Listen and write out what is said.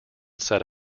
set